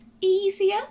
easier